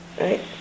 right